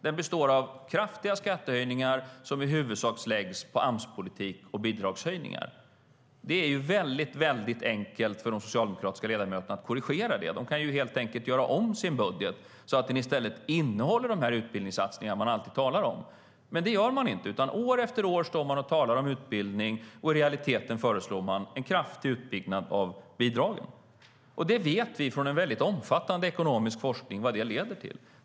Den består av kraftiga skattehöjningar som i huvudsak läggs på Amspolitik och bidragshöjningar. Det är mycket enkelt för de socialdemokratiska ledamöterna att korrigera det. De kan helt enkelt göra om sin budget så att den i stället innehåller de utbildningssatsningar som de alltid talar om. Men det gör de inte. År efter år står de i stället och talar om utbildning, och i realiteten föreslår de en kraftig utbyggnad av bidragen. Från en mycket omfattande ekonomisk forskning vet vi vad det leder till.